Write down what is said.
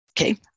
Okay